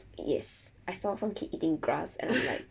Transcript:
yes I saw some kid eating grass and I was like